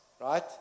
right